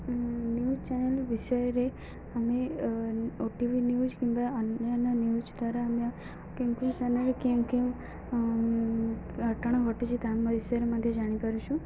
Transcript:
news channel ବିଷୟରେ ଆମେ OTV news କିମ୍ବା ଅନ୍ୟାନ୍ୟ ନ୍ୟୁଜ୍ ଦ୍ୱାରା ଆମେ କେଉଁ କେଁ ଚ୍ୟାନେଲ କେଉଁ କେଁ ଘଟଣା ଘଟୁଛି ତା ବିଷୟରେ ମଧ୍ୟ ଜାଣିପାରୁଛୁ